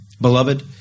Beloved